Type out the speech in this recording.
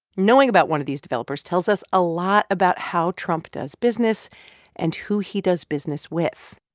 knowing about one of these developers tells us a lot about how trump does business and who he does business with.